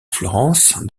florence